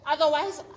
Otherwise